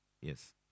Yes